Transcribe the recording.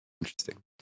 Interesting